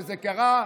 וזה קרה.